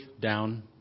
down